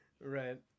Right